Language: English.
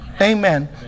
Amen